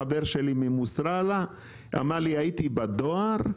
חבר שלי סיפר לי שהיה בדואר.